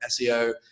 SEO